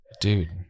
dude